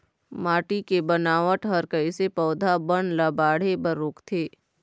माटी के बनावट हर कइसे पौधा बन ला बाढ़े बर रोकथे?